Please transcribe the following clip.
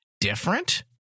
different